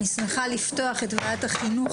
אני שמחה לפתוח את ישיבת ועדת החינוך,